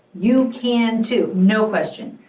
you can too. no question.